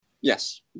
Yes